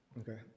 Okay